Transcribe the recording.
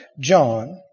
John